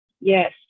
Yes